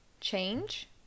Change